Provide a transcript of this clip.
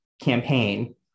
campaign